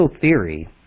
theory